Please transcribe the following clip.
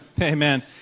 amen